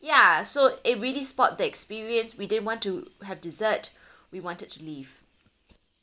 ya so it really spoilt the experience we didn't want to have dessert we wanted to leave